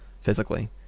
physically